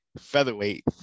featherweight